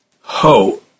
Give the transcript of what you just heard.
Ho